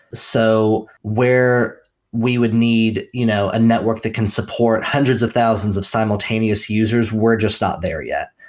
so where we would need you know a network that can support hundreds of thousands of simultaneous users were just not there yet.